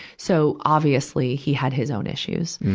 so, obviously, he had his own issues.